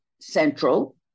central